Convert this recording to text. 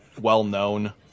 well-known